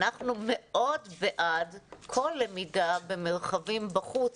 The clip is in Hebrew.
אנחנו מאוד בעד כל למידה במרחבים בחוץ.